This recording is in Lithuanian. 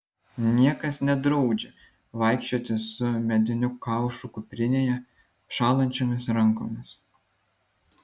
niekas nedraudžia vaikščioti su mediniu kaušu kuprinėje šąlančiomis rankomis